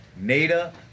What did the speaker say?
NADA